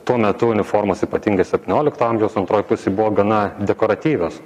tuo metu uniformos ypatingai septyniolikto amžiaus antroj pusėj buvo gana dekoratyvios